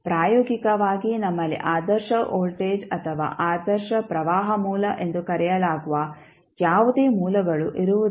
ಪ್ರಾಯೋಗಿಕವಾಗಿ ನಮ್ಮಲ್ಲಿ ಆದರ್ಶ ವೋಲ್ಟೇಜ್ ಅಥವಾ ಆದರ್ಶ ಪ್ರವಾಹ ಮೂಲ ಎಂದು ಕರೆಯಲಾಗುವ ಯಾವುದೇ ಮೂಲಗಳು ಇರುವುದಿಲ್ಲ